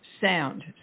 sound